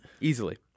Easily